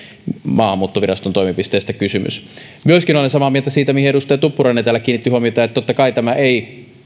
maahanmuuttoviraston toimipisteestä myöskin olen samaa mieltä siitä mihin edustaja tuppurainen täällä kiinnitti huomiota että totta kai tämä ei